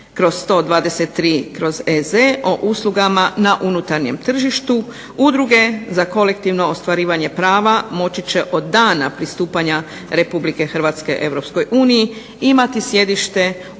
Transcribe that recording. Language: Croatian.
2006/123/EZ o uslugama na unutarnjem tržištu Udruge za kolektivno ostvarivanje prava moći će od dana pristupanja Republike Hrvatske EU imati sjedište u bilo